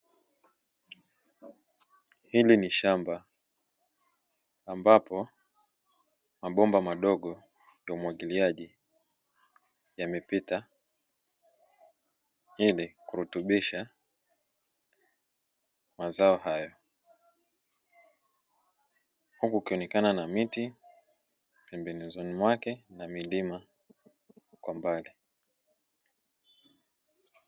Hili ni shamba ambapo mabomba madogo ya umwagiliaji yamepita ili kurutubisha mazao hayo, huku kukionekana na miti pembezoni mwake na milima kwa mbali.